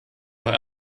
doch